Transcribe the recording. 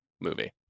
movie